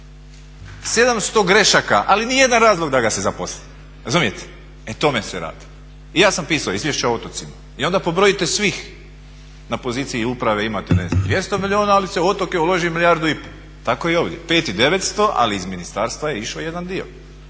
700 grešaka ali nijedan razlog da ga se zaposli, razumijete. E o tome se radi. Ja sam pisao izvješća o otocima i onda pobrojite svih na poziciji uprave, imate ne znam 200 milijuna, ali se u otoke uloži milijardu i pol. Tako i ovdje 5 i 900 ali iz ministarstva je išao jedan dio,